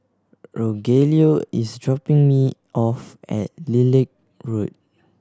Rogelio is dropping me off at Lilac Road